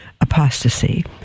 apostasy